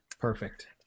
Perfect